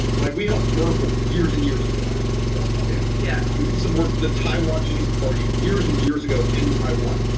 like we hope merkl years and years ago as an example. yeah, we did some work for the taiwanese party years and years ago in taiwan.